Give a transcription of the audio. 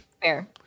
Fair